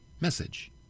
message